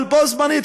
אבל בו-זמנית,